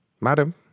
madam